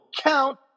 count